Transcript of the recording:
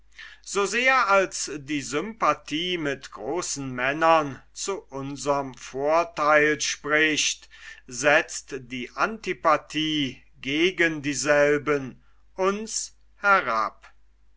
so sehr als die sympathie mit großen männern zu unserm vortheil spricht setzt die antipathie gegen dieselben uns herab